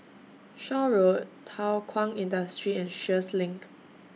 Shaw Road Thow Kwang Industry and Sheares LINK